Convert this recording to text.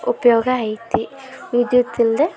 ಉಪಯೋಗ ಐತಿ ವಿದ್ಯುತ್ ಇಲ್ಲದೆ